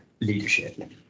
leadership